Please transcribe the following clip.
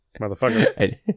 motherfucker